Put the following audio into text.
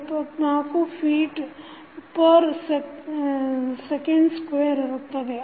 174 ಫೀಟ್ಸೆ ಸ್ವೇರ್ ಇರುತ್ತದೆ